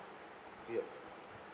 yup